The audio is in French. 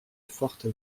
forte